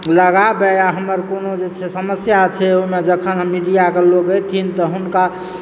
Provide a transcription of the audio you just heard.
लग आबय आ हमर कोनो जे छै समस्या छै ओहिमे जखन मीडियाक लोग अयथिन तऽ हुनका